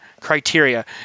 criteria